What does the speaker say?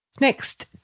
Next